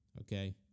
Okay